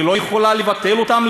היא לא יכולה לבטל אותם?